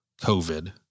COVID